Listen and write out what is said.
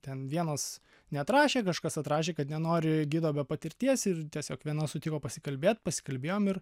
ten vienos neatrašė kažkas atrašė kad nenori gido be patirties ir tiesiog viena sutiko pasikalbėt pasikalbėjom ir